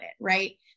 right